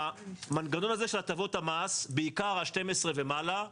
המנגנון הזה של הטבות המס, בעיקר ה-12 ומעלה,